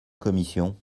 commission